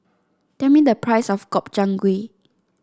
tell me the price of Gobchang Gui